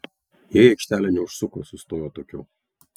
jie į aikštelę neužsuko sustojo atokiau